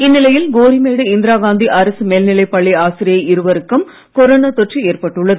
இந்நிலையில் கோரிமேடு இந்திரா காந்தி அரசு மேல் நிலைப் பள்ளி ஆசிரியை இருவருக்கும் கொரோனா தொற்று ஏற்பட்டுள்ளது